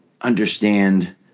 understand